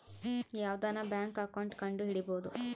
ಯಾವ್ದನ bank account ಕಂಡುಹಿಡಿಬೋದು